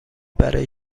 برای